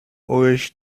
euch